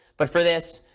but for this,